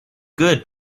good